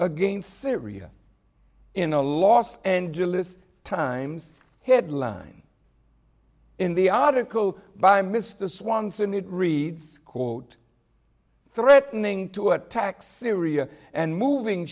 against syria in a los angeles times headline in the article by mr swanson it reads quote threatening to attack syria and moving